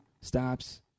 stops